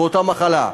באותה מחלה,